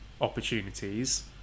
Opportunities